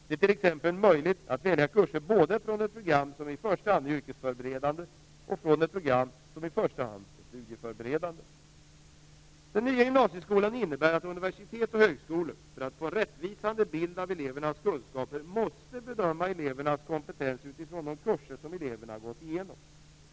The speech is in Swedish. Det är t.ex. möjligt att välja kurser både från ett program som i första hand är yrkesförberedande och från ett program som i första hand är studieförberedande. Den nya gymnasieskolan innebär att universitet och högskolor, för att få en rättvisande bild av elevernas kunskaper, måste bedöma elevernas kompetens utifrån de kurser som eleverna har gått igenom.